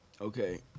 Okay